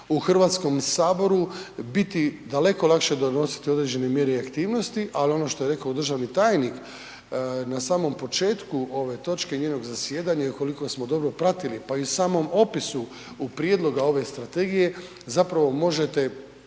u Hrvatskom saboru, biti daleko lakše donositi određene mjere i aktivnosti, al' ono što je rekao državni tajnik na samom početku ove točke i njenog zasjedanja, i ukoliko smo dobro pratili, pa i u samom opisu u prijedlogu ove Strategije, zapravo možete